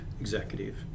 Executive